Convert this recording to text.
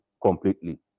completely